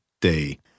day